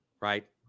right